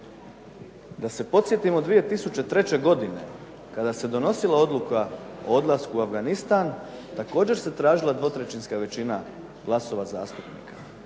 Da se podsjetimo, 2003. godine kada se donosila odluka o odlasku u Afganistan također se tražila dvotrećinska većina glasova zastupnika.